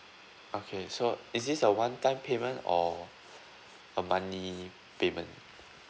okay so is this a one time payment or a monthly payment